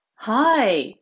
Hi